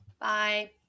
Bye